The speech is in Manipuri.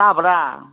ꯇꯥꯕ꯭ꯔꯥ